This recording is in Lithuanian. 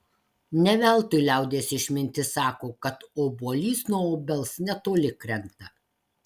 ne veltui liaudies išmintis sako kad obuolys nuo obels netoli krenta